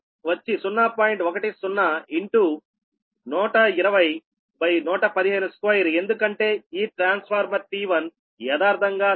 10 1201152ఎందుకంటే ఈ transformer T1 యదార్ధంగా 115